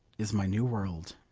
is my new world.